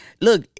look